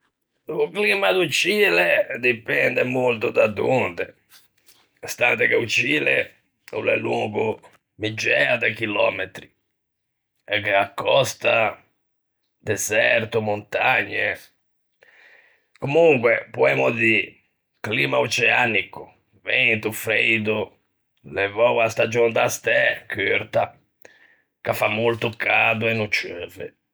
O climma in Cile o dipende molto da donde, stante che o Cile o l'é longo miggiæa de chilòmetri, e gh'à còsta, deserto, montagne. Comunque, poemmo dî, climma oceanico, vento, freido, levou a stagion da stæ, curta, che fa molto cado e no ceuve.